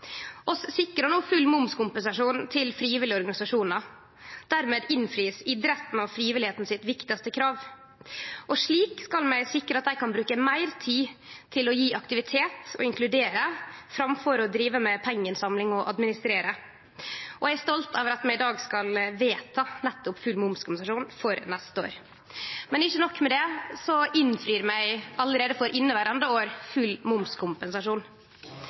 sikrar no full momskompensasjon til frivillige organisasjonar. Dermed får idretten og frivilligheita innfridd det viktigaste kravet sitt. Slik skal vi sikre at dei kan bruke meir tid til å gje aktivitet og inkludere, framfor å drive med pengeinnsamling og administrasjon. Eg er stolt av at vi i dag skal vedta nettopp full momskompensasjon for neste år. Men ikkje nok med det: Vi innfrir allereie for inneverande år full momskompensasjon.